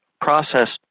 processed